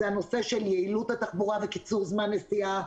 זה הנושא של יעילות התחבורה וקיצור זמן נסיעה,